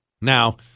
Now